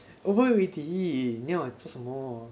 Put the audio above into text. over already 你要我做什么